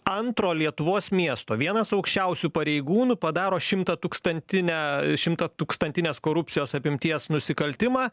antro lietuvos miesto vienas aukščiausių pareigūnų padaro šimtatūkstantinę šimtatūkstantinės korupcijos apimties nusikaltimą